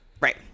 Right